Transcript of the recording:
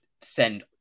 send